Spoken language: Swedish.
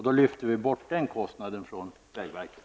Då skulle åtminstone den kostnaden lyftas bort från vägverket.